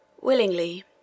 Willingly